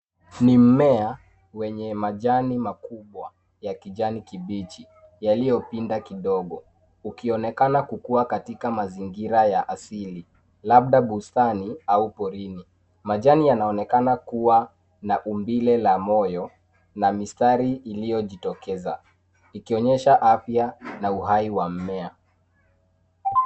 Mimea wenye majani makubwa ya kisani kibichi yaliopinda kidogo ukionekana kaukua katika mazingira ya asili labda bustani au porini. Majani yanaonekana kuwa na umbile la moyo na mistari iliojitokeza ikionyesha afya uhai na mimea.